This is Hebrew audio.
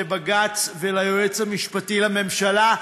לבג"ץ וליועץ המשפטי לממשלה,